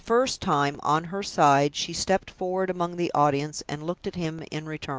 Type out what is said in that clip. for the first time, on her side, she stepped forward among the audience, and looked at him in return.